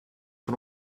von